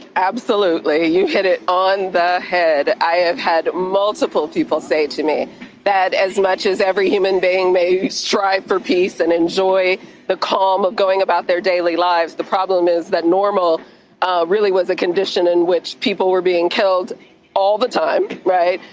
absolutely. you hit it on the head. i have had multiple people say to me that as much as every human being, strive for peace and enjoy the calm of going about their daily lives, the problem is that normal ah really was a condition in which people were being killed all the time, right.